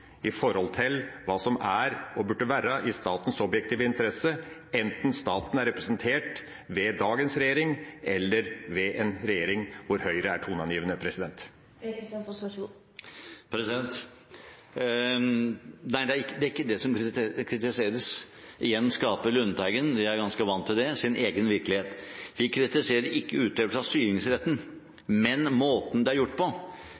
i forhold til hva som er og burde være i statens objektive interesse, enten staten er representert ved dagens regjering eller ved en regjering hvor Høyre er toneangivende. Nei, det er ikke det som kritiseres. Igjen skaper Lundteigen – jeg er ganske vant til det – sin egen virkelighet. Vi kritiserer ikke utøvelse av styringsretten, men måten det er gjort på: